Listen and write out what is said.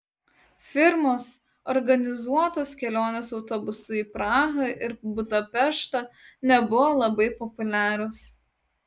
firmos organizuotos kelionės autobusu į prahą ir budapeštą nebuvo labai populiarios